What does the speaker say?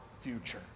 future